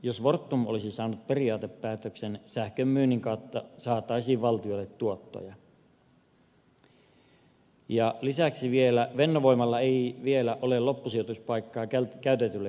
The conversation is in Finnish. jos fortum olisi saanut periaatepäätöksen sähkönmyynnin kautta saataisiin valtiolle tuottoja ja lisäksi fennovoimalla ei vielä ole loppusijoituspaikkaa käytetylle polttoaineelle